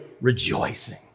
rejoicing